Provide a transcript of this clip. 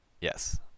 Yes